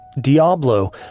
Diablo